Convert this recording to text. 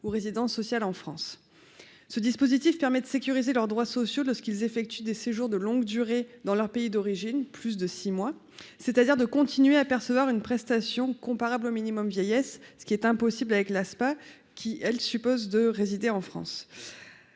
ou résidences sociales en France, ce dispositif permet de sécuriser leurs droits sociaux lorsqu'ils effectuent des séjours de longue durée dans leur pays d'origine, plus de 6 mois, c'est-à-dire de continuer à percevoir une prestation comparable au minimum vieillesse, ce qui est impossible avec l'ASPA qui elle suppose de résider en France